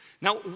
Now